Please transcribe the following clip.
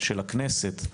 של הכנסת,